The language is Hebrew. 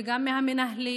וגם מהמנהלים,